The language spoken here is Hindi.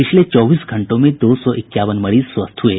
पिछले चौबीस घंटों में दो सौ इक्यावन मरीज स्वस्थ हुये